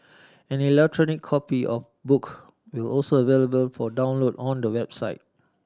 an electronic copy of book will also available for download on the website